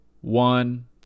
one